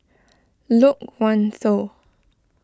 Loke Wan Tho